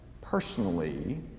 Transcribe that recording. personally